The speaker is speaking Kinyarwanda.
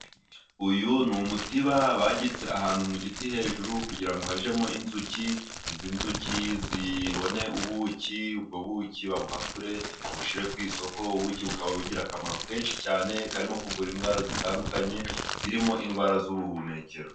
Uyu ni umutiba bagitse ahantu mu giti hejuru, kugira ngo hajyemo inzuki. Izi nzuki zibone ubuki, ubwo buki babuhakure babushyire ku isoko. Ubuki bukaba bugira akamaro kenshi cyane, karimo kuvura indwara zitandukanye zirimo indwara z’ubuhumekero.